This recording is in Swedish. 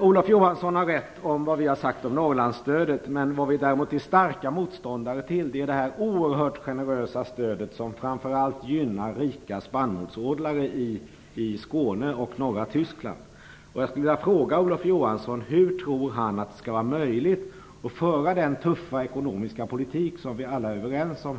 Olof Johansson har rätt i fråga om vad vi har sagt om Norrlandsstödet. Vad vi däremot är starka motståndare till är det oerhört generösa stödet som framför allt gynnar rika spannmålsodlare i Skåne och i norra Tyskland. Jag skulle vilja fråga Olof Johansson hur han tror att det skall vara möjligt att föra den tuffa ekonomiska politik som vi alla här är överens om,